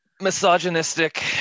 misogynistic